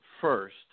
first